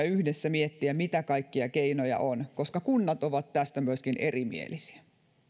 yhdessä miettiä mitä kaikkia keinoja on koska kunnat ovat tästä myöskin erimielisiä